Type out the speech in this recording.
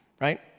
right